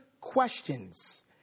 questions